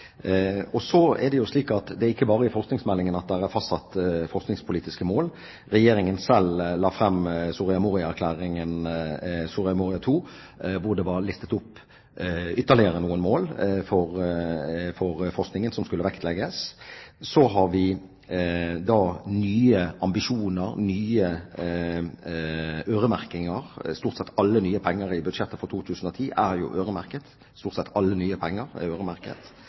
Det er jo slik at det ikke bare er i forskningsmeldingen det er fastsatt forskningspolitiske mål. Regjeringen selv la fram Soria Moria II, hvor det var listet opp ytterligere noen mål for forskningen som skulle vektlegges. Så har vi da nye ambisjoner, nye øremerkinger – stort sett alle nye penger i budsjettet for 2010 er jo øremerket.